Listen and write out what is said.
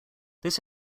this